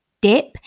dip